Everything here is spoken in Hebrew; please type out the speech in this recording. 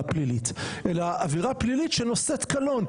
פלילית אלא עבירה פלילית שנושאת קלון,